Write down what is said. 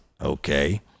Okay